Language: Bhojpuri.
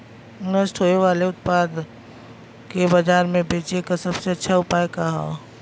नष्ट होवे वाले उतपाद के बाजार में बेचे क सबसे अच्छा उपाय का हो?